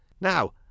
now